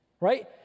right